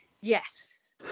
Yes